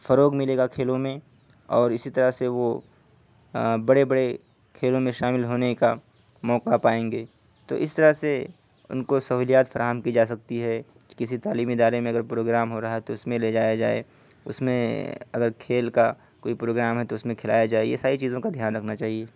فروغ ملے گا کھیلوں میں اور اسی طرح سے وہ بڑے بڑے کھیلوں میں شامل ہونے کا موقع پائیں گے تو اس طرح سے ان کو سہولیات فراہم کی جا سکتی ہے کسی تعلیمی ادارے میں اگر پروگرام ہو رہا ہے تو اس میں لے جایا جائے اس میں اگر کھیل کا کوئی پروگرام ہے تو اس میں کھیلایا جائے یہ ساری چیزوں کا دھیان رکھنا چاہیے